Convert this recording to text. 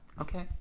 Okay